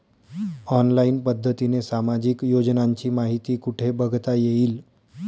Online पद्धतीने सामाजिक योजनांची माहिती कुठे बघता येईल?